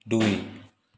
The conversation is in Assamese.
দুই